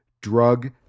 drug